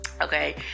okay